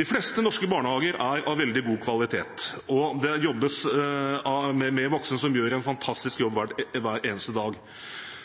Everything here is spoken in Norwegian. De fleste norske barnehager er av veldig god kvalitet, med voksne som gjør en fantastisk jobb hver eneste dag.